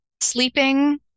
sleeping